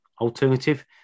alternative